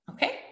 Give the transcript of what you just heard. Okay